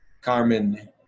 Carmen